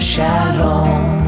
Shalom